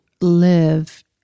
live